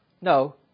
No